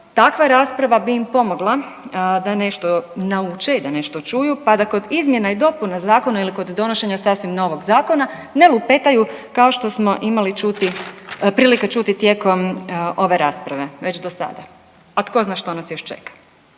Takva rasprava bi im pomogla da nešto nauče i nešto čuju, pa da kod izmjena i dopuna zakona ili kod donošenje sasvim novog zakona ne lupetaju kao što smo imali čuti, prilike čuti tijekom ove rasprave, već do sada, a tko zna rasprave,